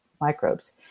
microbes